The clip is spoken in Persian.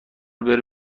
بره